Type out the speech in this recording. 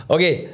Okay